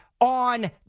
on